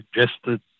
suggested